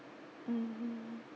mm